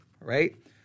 right